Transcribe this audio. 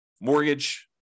mortgage